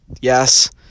Yes